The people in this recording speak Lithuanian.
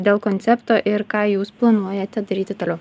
dėl koncepto ir ką jūs planuojate daryti toliau